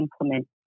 implement